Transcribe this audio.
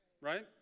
right